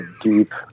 deep